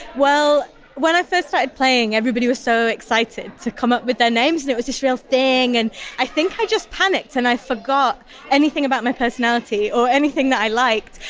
when i first started playing, everybody was so excited to come up with their names, and it was this real thing. and i think i just panicked and i forgot anything about my personality or anything that i liked,